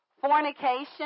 Fornication